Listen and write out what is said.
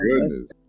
goodness